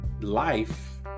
life